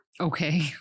Okay